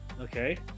Okay